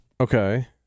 Okay